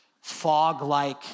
fog-like